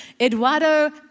Eduardo